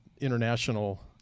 international